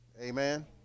Amen